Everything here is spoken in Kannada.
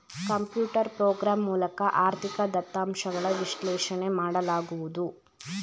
ಕಂಪ್ಯೂಟರ್ ಪ್ರೋಗ್ರಾಮ್ ಮೂಲಕ ಆರ್ಥಿಕ ದತ್ತಾಂಶಗಳ ವಿಶ್ಲೇಷಣೆ ಮಾಡಲಾಗುವುದು